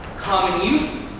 common use?